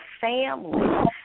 family